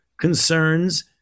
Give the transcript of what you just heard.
concerns